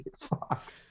Fuck